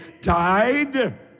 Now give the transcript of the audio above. died